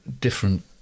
different